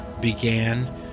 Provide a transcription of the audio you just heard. began